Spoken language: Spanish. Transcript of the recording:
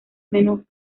menos